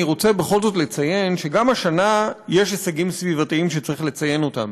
אני רוצה בכל זאת לציין שגם השנה יש הישגים סביבתיים שצריך לציין אותם,